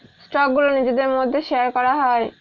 স্টকগুলো নিজেদের মধ্যে শেয়ার করা হয়